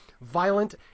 violent